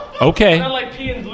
Okay